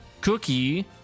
Cookie